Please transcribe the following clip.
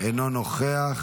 אינו נוכח.